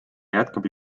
jätkab